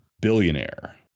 billionaire